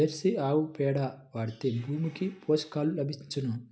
Jersey ఆవు పేడ వాడితే భూమికి పోషకాలు లభించునా?